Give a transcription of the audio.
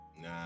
Nah